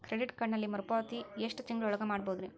Credit ಕಾರ್ಡಿನಲ್ಲಿ ಮರುಪಾವತಿ ಎಷ್ಟು ತಿಂಗಳ ಒಳಗ ಮಾಡಬಹುದ್ರಿ?